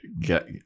get